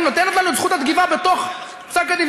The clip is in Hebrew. היא נותנת לנו את זכות התגובה בתוך פסק-הדין.